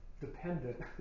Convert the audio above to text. dependent